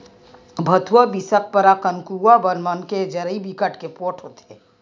भथुवा, बिसखपरा, कनकुआ बन मन के जरई ह बिकट के पोठ होथे